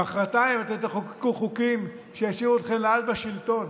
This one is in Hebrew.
מוחרתיים אתם תחוקקו חוקים שישאירו אתכם לעד בשלטון.